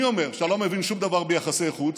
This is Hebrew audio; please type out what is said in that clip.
אני אומר שאתה לא מבין שום דבר ביחסי חוץ,